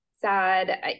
sad